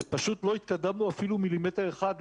פשוט לא התקדמנו אפילו מילימטר אחד,